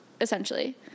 essentially